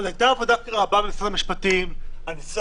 הייתה עבודה רבה במשרד המשפטים על ניסוח